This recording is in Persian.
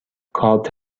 کارت